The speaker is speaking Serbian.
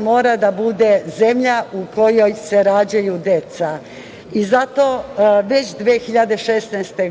mora da bude zemlja u kojoj se rađaju deca, i zato već 2018.